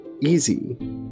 easy